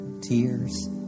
tears